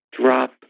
drop